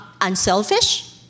unselfish